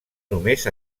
només